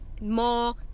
more